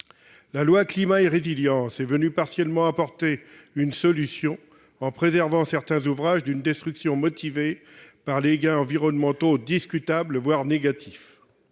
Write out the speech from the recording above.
dite Climat et résilience, est venue partiellement apporter une solution en préservant certains ouvrages d'une destruction motivée par des gains environnementaux discutables, voire négatifs.